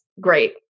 great